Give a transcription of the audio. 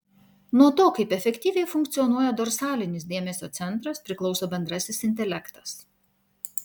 nuo to kaip efektyviai funkcionuoja dorsalinis dėmesio centras priklauso bendrasis intelektas